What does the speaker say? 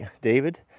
David